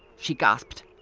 she gasped.